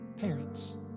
parents